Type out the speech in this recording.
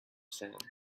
sand